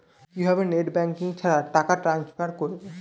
কিভাবে net banking ছাড়া টাকা টান্সফার করব?